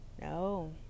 No